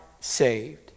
saved